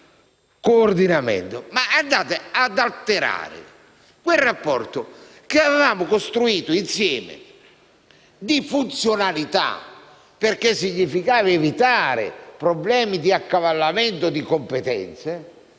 coordinamento. In tal modo andate ad alterare quel rapporto, che avevamo costruito insieme, di funzionalità perché significava evitare problemi di accavallamento di competenze.